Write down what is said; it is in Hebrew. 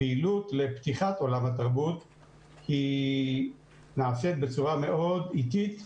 הפעילות לפתיחת עולם התרבות נעשית בצורה מאוד איטית,